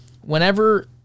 whenever